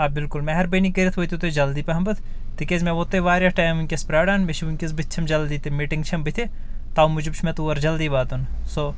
آ بالکُل مہربٲنی کٔرتھ وٲتِو تُہی جلدی پہمت تِکیٛازِ مےٚ ووت تۄہہِ واریاہ ٹایِم ؤنکیٚس پراران مےٚ چھِ ؤنکیٚس بٔتھِ چھم جلدٕی تہِ میٹنٛگ چھم بٔتھِ تمہِ موٗجوٗب چھُ مےٚ تور جلدٕی واتُن سو